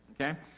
Okay